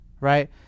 right